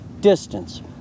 distance